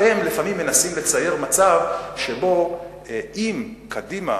אתם לפעמים מנסים לצייר מצב שבו אם קדימה,